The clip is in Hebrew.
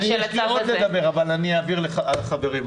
יש לי עוד מה לדבר, אבל אני אעביר לחברים אחרים.